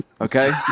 Okay